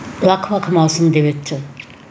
ਵੱਖ ਵੱਖ ਮੌਸਮ ਦੇ ਵਿੱਚ